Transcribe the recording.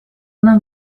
нам